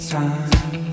time